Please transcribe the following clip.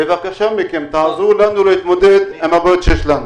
בבקשה מכם, תעזרו לנו להתמודד עם הבעיות שיש לנו.